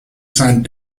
signed